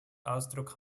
ausdruck